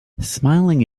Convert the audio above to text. smiling